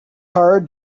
hard